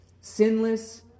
Sinless